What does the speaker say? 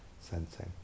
sensing